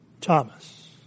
Thomas